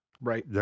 Right